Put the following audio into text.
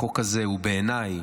החוק הזה הוא בעיניי